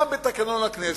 גם בתקנון הכנסת,